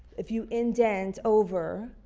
if you indent over